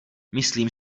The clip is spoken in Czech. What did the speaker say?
myslím